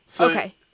Okay